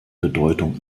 bedeutung